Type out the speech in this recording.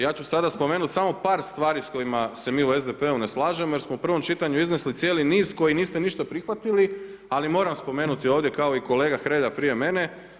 Ja ću sada spomenut samo par stvari s kojima se mi u SDP-u ne slažemo jer smo u prvom čitanju iznijeli cijeli niz koji niste ništa prihvatili, ali moram spomenuti ovdje kao i kolega Hrelja prije mene.